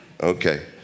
Okay